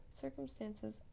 circumstances